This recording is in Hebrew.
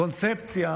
קונספציה